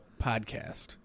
podcast